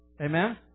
Amen